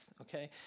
Okay